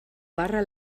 barra